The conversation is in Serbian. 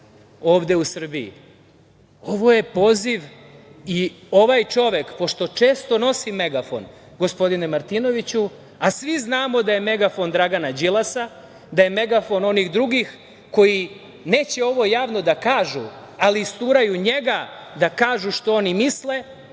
ovde u Srbiji. Ovo je poziv i ovaj čovek, pošto često nosi megafon, gospodine Martinoviću, a svi znamo da je megafon Dragana Đilasa, da je megafon onih drugih koji neće ovo javno da kažu, ali isturaju njega da kažu ono što misle.